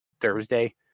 Thursday